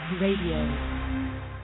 Radio